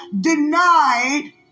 denied